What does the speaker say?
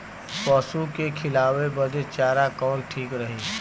पशु के खिलावे बदे चारा कवन ठीक रही?